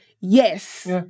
yes